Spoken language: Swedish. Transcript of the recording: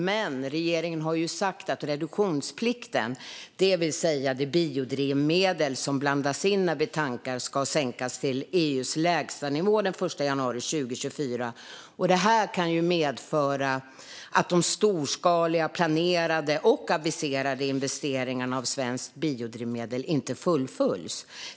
Men regeringen har sagt att reduktionsplikten, som gäller det biodrivmedel som blandas in när vi tankar, ska sänkas till EU:s lägstanivå den 1 januari 2024. Det kan medföra att de storskaliga planerade och aviserade investeringarna av svenskt biodrivmedel inte fullföljs.